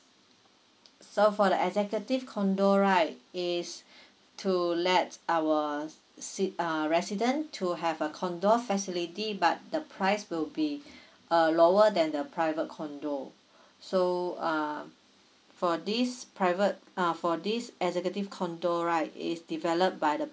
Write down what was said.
so for the executive condo right is to let our se~ uh resident to have a condo facility but the price will be uh lower than the private condo so um for this private uh for this executive condo right is develop by the